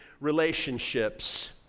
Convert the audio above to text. relationships